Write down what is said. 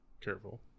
careful